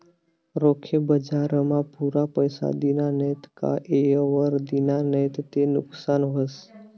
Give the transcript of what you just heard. रोखे बजारमा पुरा पैसा दिना नैत का येयवर दिना नैत ते नुकसान व्हस